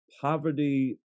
poverty